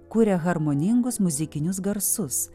kuria harmoningus muzikinius garsus